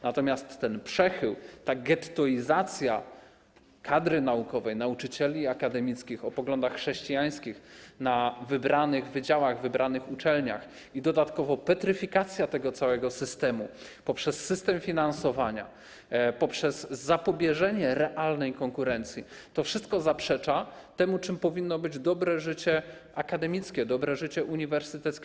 Natomiast ten przechył, ta gettoizacja kadry naukowej, nauczycieli akademickich o poglądach chrześcijańskich na wybranych wydziałach, wybranych uczelniach, i dodatkowo petryfikacja tego całego systemu poprzez system finansowania, poprzez zapobieżenie realnej konkurencji - to wszystko zaprzecza temu, czym powinno być dobre życie akademickie, dobre życie uniwersyteckie.